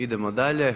Idemo dalje.